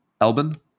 Elbin